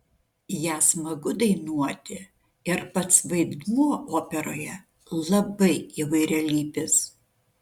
ją smagu dainuoti ir pats vaidmuo operoje labai įvairialypis